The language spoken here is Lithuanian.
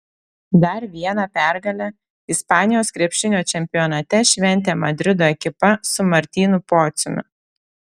dar vieną pergalę ispanijos krepšinio čempionate šventė madrido ekipa su martynu pociumi